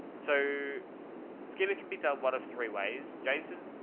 so skip it can be done one of three ways. jason.